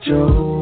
Joe